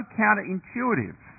counterintuitive